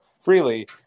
freely